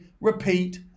repeat